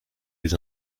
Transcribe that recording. les